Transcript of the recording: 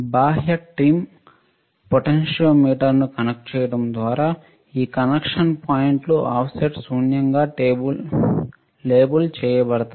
బాహ్య ట్రిమ్ పొటెన్టోమీటర్ను కనెక్ట్ చేయడం ద్వారా ఈ కనెక్షన్ పాయింట్లు ఆఫ్సెట్ శూన్యంగా లేబుల్ చేయబడతాయి